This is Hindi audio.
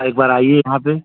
एक बार आइए यहाँ पर